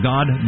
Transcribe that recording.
God